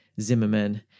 Zimmerman